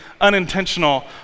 unintentional